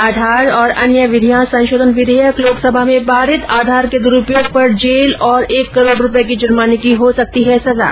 आधार और अन्य विधियां संशोधन विधेयक लोकसभा में पारित आधार के द्रूपयोग पर जेल और एक करोड रूपये के जुर्माने की हो सकती है सजा